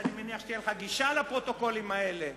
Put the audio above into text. אני מניח שתהיה לך גישה לפרוטוקולים האלה.